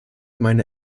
meine